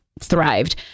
thrived